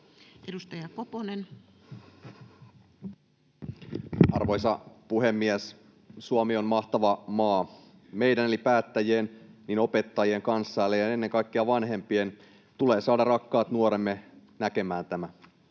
Edustaja Koponen. Arvoisa puhemies! Suomi on mahtava maa. Meidän eli päättäjien, opettajien, kanssaeläjien ja ennen kaikkea vanhempien tulee saada rakkaat nuoremme näkemään tämän.